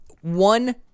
one